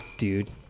dude